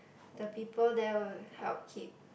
the people there will help keep